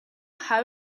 how